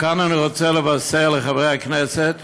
כאן אני רוצה לבשר לחברי הכנסת